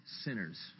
sinners